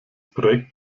projekt